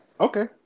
Okay